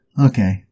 Okay